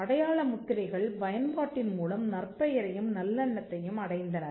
அடையாள முத்திரைகள் பயன்பாட்டின் மூலம் நற்பெயரையும் நல்லெண்ணத்தையும் அடைந்தனர்